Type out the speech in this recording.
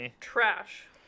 trash